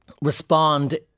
respond